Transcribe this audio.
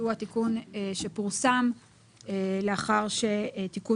התיקון שפורסם לאחר שתיקון